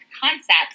concepts